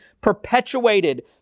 perpetuated